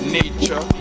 nature